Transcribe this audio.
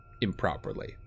improperly